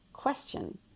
question